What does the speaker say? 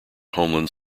homeland